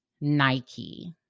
Nike